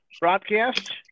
broadcast